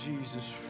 Jesus